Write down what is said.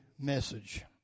message